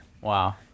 Wow